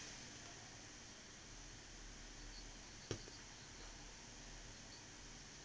yeah